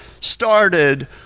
started